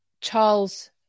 Charles